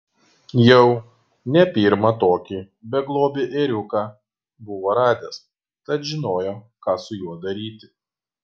jau ne pirmą tokį beglobį ėriuką buvo radęs tad žinojo ką su juo daryti